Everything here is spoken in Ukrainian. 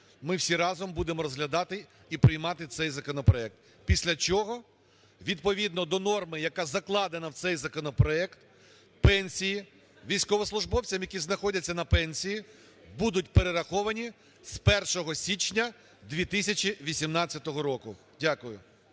ми всі разом будемо розглядати і приймати цей законопроект. Після чого відповідно до норми, яка закладена в цей законопроект, пенсії військовослужбовцям, які знаходяться на пенсії, будуть перераховані з 1 січня 2018 року. Дякую.